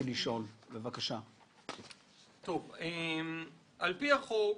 על פי החוק,